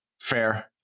Fair